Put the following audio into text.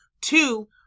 Two